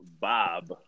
Bob